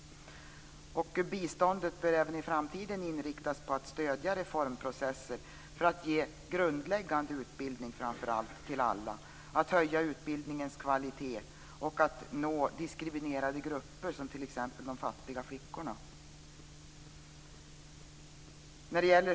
Biståndet bör även i framtiden inriktas på att stödja reformprocesser för att ge grundläggande utbildning till alla, att höja utbildningens kvalitet och att nå diskriminerade grupper, t.ex. fattiga flickor.